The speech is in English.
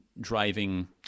driving